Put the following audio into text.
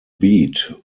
beat